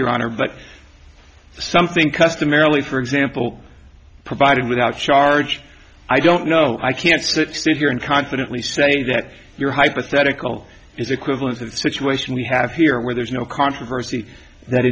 your honor but something customarily for example provided without charge i don't know i can't sit still here and confidently say that your hypothetical is equivalent to the situation we have here where there's no controversy that